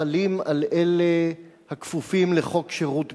החלים על אלה הכפופים לחוק שירות ביטחון,